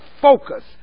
focus